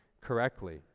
correctly